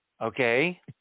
Okay